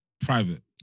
private